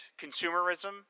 consumerism